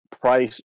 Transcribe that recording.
price